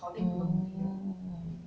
oh